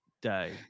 Day